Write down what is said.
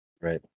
Right